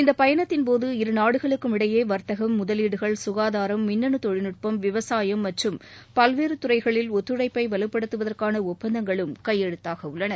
இந்த பயணத்தின்போது இரு நாடுகளுக்கும் இடையே வர்த்தகம் முதலீடுகள் சுகாதாரம் மின்னனு தொழில்நட்பம் விவசாயம் மற்றம் பல்வேறு துறைகளில் ஒத்துழைப்பை வலுப்படுத்துவதற்கான ஒப்பந்தங்களும் கையெழுத்தாகவுள்ளன